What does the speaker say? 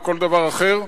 או כל דבר אחר,